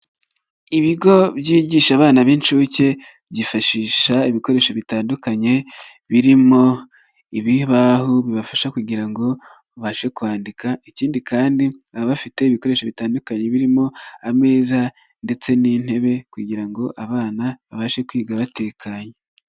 Ibigo byigisha abana b'inshuke byifashisha ibikoresho bitandukanye birimo ibibaho bibafasha kugira ngo babashe kwandika ikindi kandi baba bafite ibikoresho bitandukanye birimo ameza ndetse n'intebe kugira ngo abana babashe kwiga batekanye.